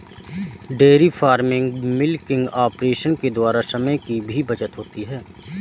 dairy farming milking operation के द्वारा समय की भी बचत होती है